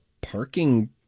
parking